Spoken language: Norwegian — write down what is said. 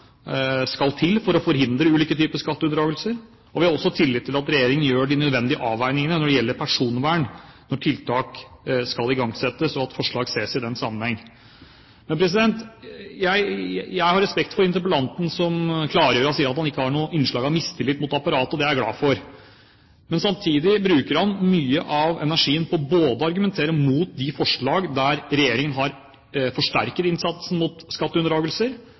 skal til for å forhindre ulike typer skatteunndragelser. Vi har også tillit til at regjeringen vil gjøre de nødvendige avveiningene som gjelder personvern, når tiltak skal igangsettes, og at forslag ses i den sammenheng. Jeg har respekt for interpellanten som klargjør og sier at han ikke har noen mistillit til apparatet. Det er jeg glad for. Men samtidig bruker han mye energi på å argumentere mot de forslag der regjeringen har forsterket innsatsen mot